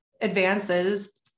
advances